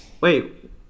wait